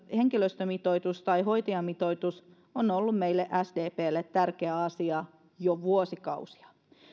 henkilöstömitoitus tai hoitajamitoitus on on ollut meille sdpssä tärkeä asia jo vuosikausia